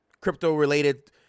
crypto-related